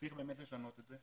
צריך לשנות את זה.